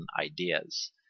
ideas